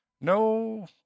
no